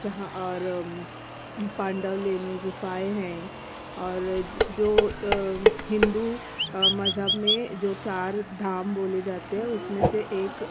جہاں اور پانڈؤ لینی گفائیں ہیں اور جو ہندو مذہب میں جو چار دھام بولے جاتے ہیں اس میں سے ایک